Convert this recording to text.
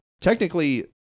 technically